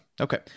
okay